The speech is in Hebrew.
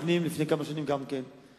לפני כמה שנים הייתי גם שר הפנים,